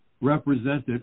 represented